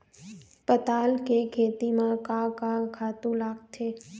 पताल के खेती म का का खातू लागथे?